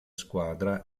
squadra